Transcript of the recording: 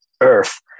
Earth